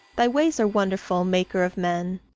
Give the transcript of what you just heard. thy ways are wonderful, maker of men!